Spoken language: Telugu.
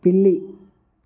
పిల్లి